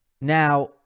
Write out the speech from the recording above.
now